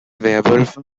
werwölfe